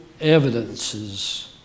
evidences